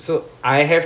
okay